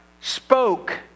spoke